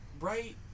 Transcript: Right